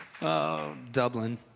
Dublin